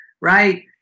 right